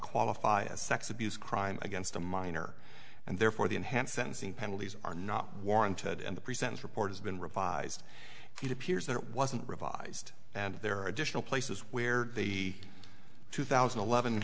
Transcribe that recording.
qualify as sex abuse crime against a minor and therefore the enhanced sentencing penalties are not warranted and the present report has been revised he appears that it wasn't revised and there are additional places where the two thousand and eleven